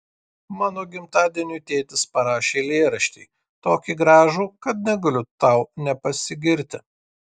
mano gimtadieniui tėtis parašė eilėraštį tokį gražų kad negaliu tau nepasigirti